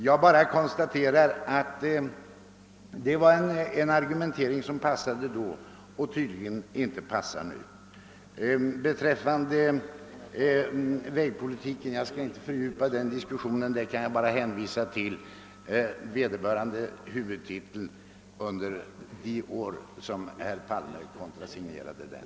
Jag bara konstaterar att den argumenteringen tydligen passade då men inte nu. Beträffande vägpolitiken vill jag inte fördjupa diskussionen, jag kan bara hänvisa till vederbörande huvudtitel under de år som herr Palme kontrasignerade den.